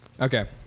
okay